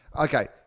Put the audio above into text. okay